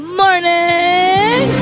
morning